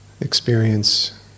experience